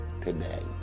today